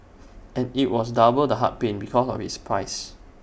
and IT was double the heart pain because of its price